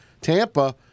Tampa